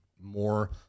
more